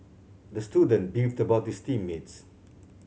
the student beefed about his team mates